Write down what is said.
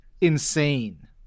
insane